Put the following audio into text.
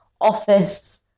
office